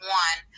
one